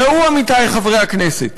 ראו, עמיתי חברי הכנסת,